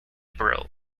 brill